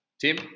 Tim